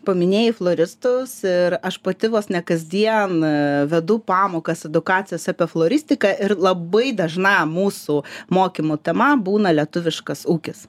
paminėjai floristus ir aš pati vos ne kasdien vedu pamokas edukacijas apie floristiką ir labai dažnam mūsų mokymo tema būna lietuviškas ūkis